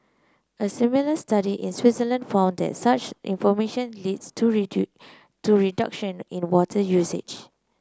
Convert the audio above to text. a similar study in Switzerland found that such information leads to to reduction in water usage